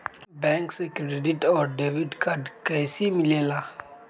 Bank से credit और debit card कैसी मिलेला?